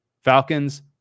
falcons